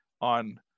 on